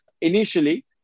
Initially